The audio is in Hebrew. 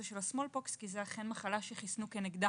של ה-smallpox כי זו מחלה שחיסנו נגדה